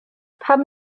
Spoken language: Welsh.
pam